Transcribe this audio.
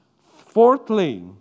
Fourthly